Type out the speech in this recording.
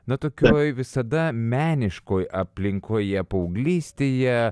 na tokioj visada meniškoj aplinkoje paauglystėje